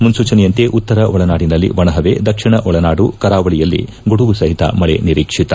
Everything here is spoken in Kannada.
ಮುನ್ಲೂಚನೆಯಂತೆ ಉತ್ತರ ಒಳನಾಡಿನಲ್ಲಿ ಒಣಪವೆ ದಕ್ಷಿಣ ಒಳನಾಡು ಕರಾವಳಿ ಗುಡುಗು ಸಹಿತ ಮಳೆ ನಿರೀಕ್ಷಿತ